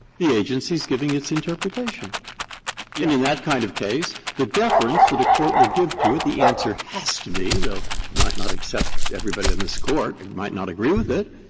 the agency's giving its interpretation. and in that kind of case, the deference that a court will give to it, the answer has to be, though not not except everybody on this court might not agree with it.